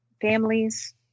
families